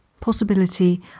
possibility